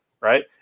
right